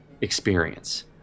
experience